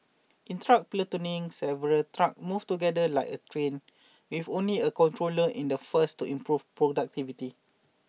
in truck platooning several trucks move together like a train with only a controller in the first to improve productivity